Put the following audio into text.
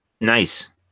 Nice